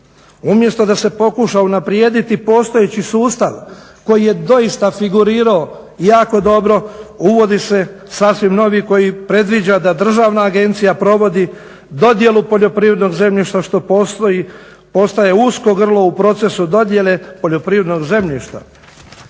Umjesto da se pokuša unaprijediti postojeći sustav koji je doista figurirao jako dobro, uvodi se sasvim novi koji predviđa da državna agencija provodi dodjelu poljoprivrednog zemljišta što postaje usko grlo u procesu dodjele poljoprivrednog zemljišta.